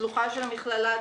השלוחה של המכללה הטכנולוגית.